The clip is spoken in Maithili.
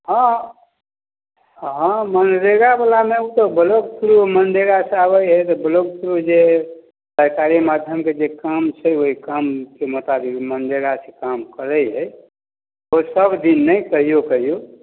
हँ हँ मनरेगावलामे ऊ तऽ ब्लॉक थ्रू मनरेगासँ आबै हइ तऽ ब्लॉक थ्रू जे सरकारी माध्यमके जे काम छै ओहि कामके मुताबिक मनरेगासँ काम करै हइ ओ सभदिन नहि कहिओ कहिओ